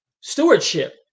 stewardship